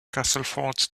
castleford